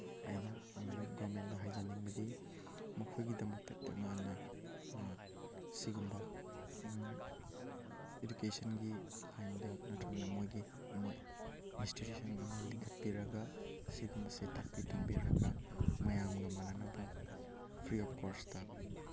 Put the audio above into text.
ꯑꯩꯅ ꯒꯣꯔꯃꯦꯟꯗ ꯍꯥꯏꯖꯅꯤꯡꯕꯗꯤ ꯃꯈꯣꯏꯒꯤꯗꯃꯛꯇ ꯇꯣꯉꯥꯟꯅ ꯑꯁꯤꯒꯨꯝꯕ ꯏꯗꯨꯀꯦꯁꯟꯒꯤ ꯂꯥꯏꯟꯗ ꯅꯠꯇ꯭ꯔꯒꯅ ꯃꯣꯏꯒꯤ ꯑꯃ ꯏꯟꯁꯇꯤꯇ꯭ꯌꯨꯁꯟ ꯑꯃ ꯂꯤꯡꯈꯠꯄꯤꯔꯒ ꯑꯁꯤꯒꯨꯝꯕꯁꯤ ꯇꯥꯛꯄꯤ ꯇꯝꯕꯤꯔꯒ ꯃꯌꯥꯝꯒ ꯃꯥꯅꯅꯕ ꯐ꯭ꯔꯤ ꯑꯣꯐ ꯀꯣꯁꯇ